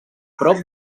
prop